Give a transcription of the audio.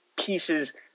pieces